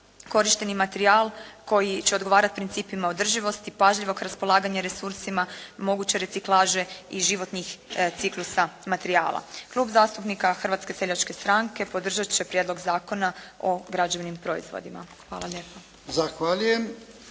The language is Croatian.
korišteni materijal koji će odgovarati principima održivosti, pažljivog raspolaganja resursima, moguće reciklaže i životnih ciklusa materijala. Klub zastupnika Hrvatske seljačke stranke podržati će Prijedlog zakona o građevnim proizvodima. Hvala lijepo.